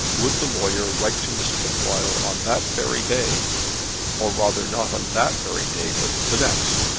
would the lawyer write to miss trefoil on that very day or rather not on that very day but the next.